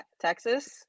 texas